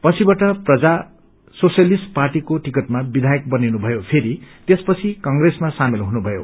पछिवाट Praja Socialist पार्टीको टिकटमा विधयक बनिनु भयो फेरि त्यसपछि कंप्रेसमा सामेल हुनुभयो